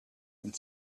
and